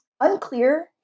unclear